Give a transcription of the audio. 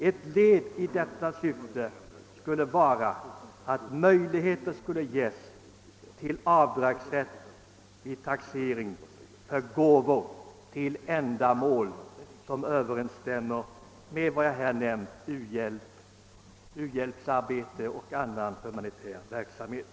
Ett led i detta syfte skulle vara att möjligheter gavs till avdragsrätt vid taxering för gåvor till ändamål sådana som uhjälpsarbete och annan humanitär verksamhet.